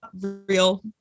real